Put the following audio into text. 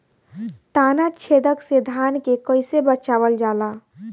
ताना छेदक से धान के कइसे बचावल जाला?